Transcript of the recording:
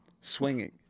swinging